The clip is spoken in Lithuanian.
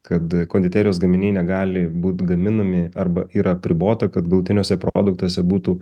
kad konditerijos gaminiai negali būt gaminami arba yra apribota kad galutiniuose produktuose būtų